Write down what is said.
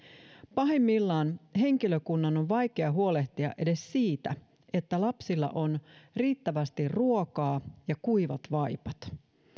pahimmillaan henkilökunnan on vaikea huolehtia edes siitä että lapsilla on riittävästi ruokaa ja kuivat vaipat